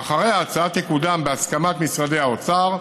שאחריה ההצעה תקודם בהסכמת משרד האוצר,